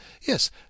Yes